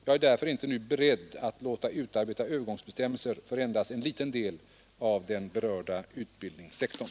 Jag är därför inte nu beredd att låta utarbeta övergångsbestämmelser för endast en liten del av den berörda utbildningssektorn.